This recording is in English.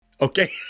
Okay